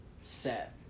set